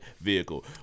vehicle